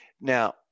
Now